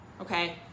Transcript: okay